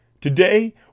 Today